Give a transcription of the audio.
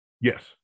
Yes